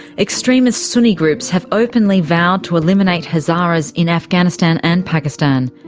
extremist sunni groups have openly vowed to eliminate hazaras in afghanistan and pakistan.